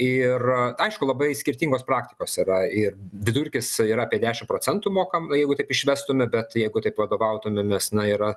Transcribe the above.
ir aišku labai skirtingos praktikos yra ir vidurkis yra apie dešimt procentų mokam jeigu taip išvestume bet jeigu taip vadovautumėmės na yra